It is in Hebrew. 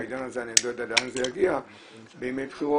בעניין הזה אני לא יודע לאן זה יגיע בימי בחירות,